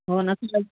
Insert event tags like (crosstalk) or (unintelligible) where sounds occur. हो ना (unintelligible)